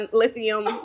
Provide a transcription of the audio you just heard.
lithium